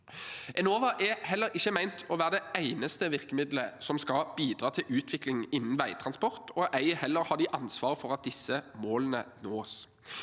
Enova er heller ikke ment å være det eneste virkemiddelet som skal bidra til utvikling innen veitransport, ei heller har de ansvar for at disse målene nås.